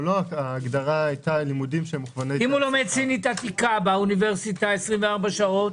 ההגדרה היתה- -- אם הוא לומד סינית עתיקה באוניברסיטה 24 שעות,